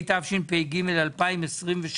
התשפ"ג-2023,